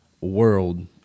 world